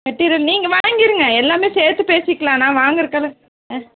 material நீங்கள் வாங்கிடுங்க எல்லாமே சேர்த்து பேசிக்கலாம் நான் வாங்குறக்குலாம் ம்